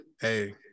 hey